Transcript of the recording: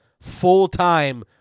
full-time